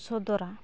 ᱥᱚᱫᱚᱨᱟ